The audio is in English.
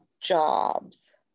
jobs